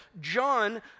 John